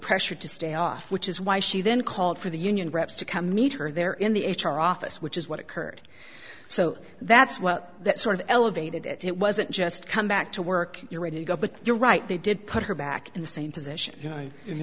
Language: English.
pressured to stay off which is why she then called for the union reps to come meet her there in the h r office which is what occurred so that's what that sort of elevated it it wasn't just come back to work your way to go but you're right they did put her back in the same position